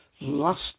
Last